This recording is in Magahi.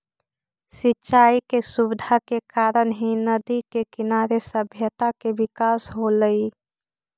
सिंचाई के सुविधा के कारण ही नदि के किनारे सभ्यता के विकास होलइ